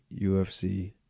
UFC